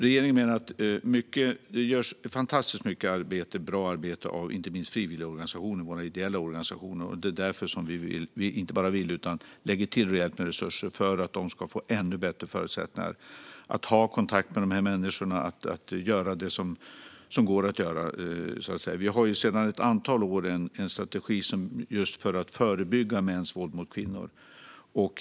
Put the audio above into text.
Regeringen menar att det görs fantastiskt mycket bra arbete, inte minst av frivilligorganisationer och ideella organisationer. Därför lägger vi till rejält med resurser, så att de ska få ännu bättre förutsättningar att ha kontakt med de här människorna och göra det som går. Vi har sedan ett antal år en strategi just för att förebygga mäns våld mot kvinnor.